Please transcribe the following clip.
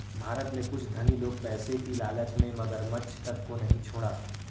भारत में कुछ धनी लोग पैसे की लालच में मगरमच्छ तक को नहीं छोड़ा